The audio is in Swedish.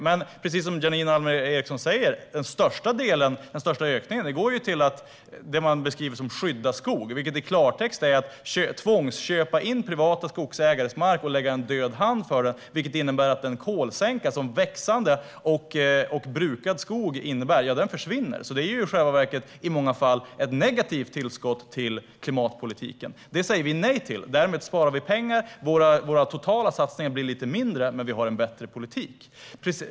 Den största delen går dock - som Janine Alm Ericson säger - till vad man beskriver som att skydda skog, vilket i klartext betyder att man tvångsköper privata skogsägares mark och lägger en död hand över den. Detta innebär att den kolsänka som växande och brukad skog innebär försvinner. I själva verket är detta alltså i många fall ett negativt tillskott till klimatpolitiken. Detta säger vi nej till. Därmed sparar vi pengar. Våra totala satsningar blir lite mindre, men vi har en bättre politik.